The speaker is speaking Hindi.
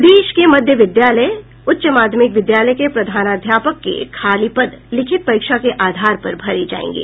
प्रदेश के मध्य विद्यालय उच्च माध्यमिक विद्यालय के प्रधानाध्यापक के खाली पद लिखित परीक्षा के आधार पर भरे जायंगे